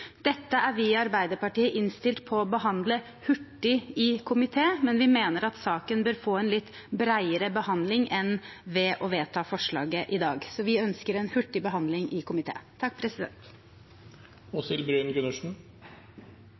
Dette er vi i Arbeiderpartiet innstilt på å behandle hurtig i komité, men vi mener at saken bør få en litt bredere behandling enn ved å vedta forslaget i dag. Vi ønsker en hurtig behandling i